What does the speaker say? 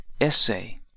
essay